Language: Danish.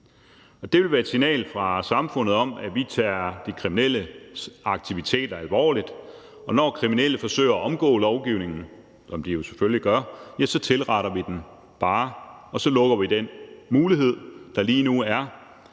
det vil være et signal fra samfundet om, at vi tager de kriminelles aktiviteter alvorligt. Og når kriminelle forsøger at omgå lovgivningen, som de jo selvfølgelig gør, ja, så tilretter vi den bare, og så lukker vi den mulighed, der lige nu er